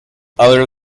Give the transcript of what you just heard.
other